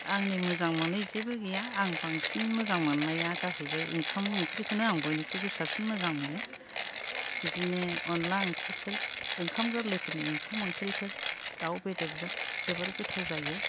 आंनि मोजां मोनै जेबो गैया आं बांसिन मोजां मोननाया जाहैबाय ओंखाम ओंख्रिखौनो आं बयनिख्रुइबो साबसिन मोजां मोनो बिदिनो अनला ओंख्रिफोर ओंखाम गोरलैफोरनि ओंखाम ओंख्रिफोर दाव बेदरजों जोबोर गोथाव जायो